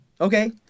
Okay